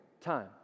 time